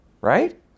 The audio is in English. right